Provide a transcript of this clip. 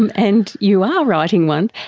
um and you are writing one.